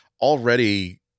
already